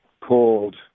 called